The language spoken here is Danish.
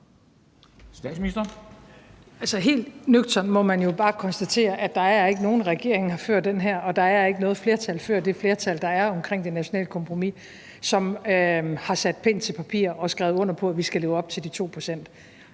helt nøgternt må man jo bare konstatere, at der ikke er nogen regeringer før den her – og at der ikke er noget flertal, før det flertal, der er omkring det nationale kompromis – som har sat pen til papir og skrevet under på, at vi skal leve op til de 2 pct.